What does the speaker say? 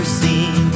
seen